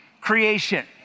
creation